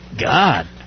God